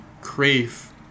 crave